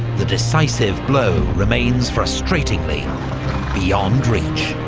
the decisive blow remains frustratingly beyond reach.